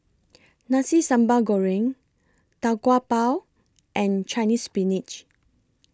Nasi Sambal Goreng Tau Kwa Pau and Chinese Spinach